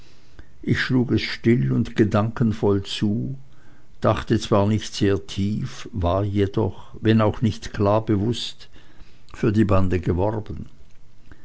ich schlug es still und gedankenvoll zu dachte zwar nicht sehr tief war jedoch wenn auch nicht klar bewußt für die bande geworben